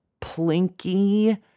plinky